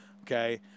Okay